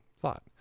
thought